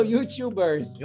YouTubers